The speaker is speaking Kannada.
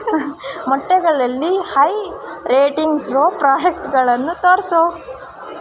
ಮೊಟ್ಟೆಗಳಲ್ಲಿ ಹೈ ರೇಟಿಂಗ್ಸಿರೋ ಪ್ರಾಡಕ್ಟುಗಳನ್ನು ತೋರಿಸು